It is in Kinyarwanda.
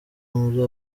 muri